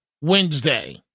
Wednesday